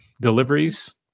deliveries